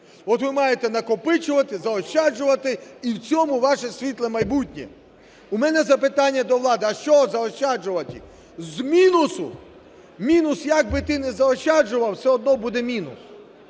От ви маєте накопичувати, заощаджувати, і в цьому ваше світле майбутнє. У мене запитання до влади: а що заощаджувати? З мінусу, як би ти не заощаджував, все одно буде мінус.